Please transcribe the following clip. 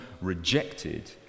rejected